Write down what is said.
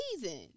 season